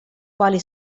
quali